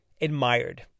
admired